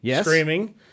screaming